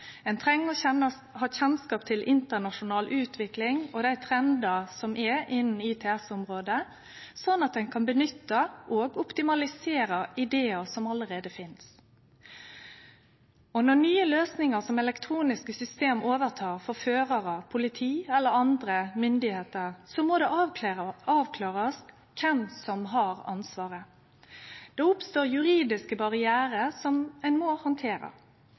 Ein treng å ha kjennskap til internasjonal utvikling og dei trendane som er innan ITS-området, sånn at ein kan nytte og optimalisere idear som allereie finst. Når nye løysingar, som elektroniske system, overtek for førarar, politi eller andre myndigheiter, må det avklarast kven som har ansvaret. Det oppstår juridiske barrierar som ein må